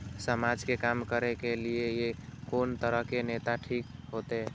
समाज के काम करें के ली ये कोन तरह के नेता ठीक होते?